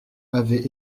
avait